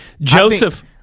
Joseph